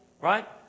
right